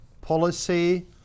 policy